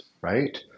right